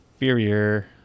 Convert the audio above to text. inferior